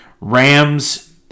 Rams